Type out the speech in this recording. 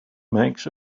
makes